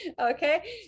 Okay